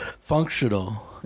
functional